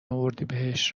اردیبهشت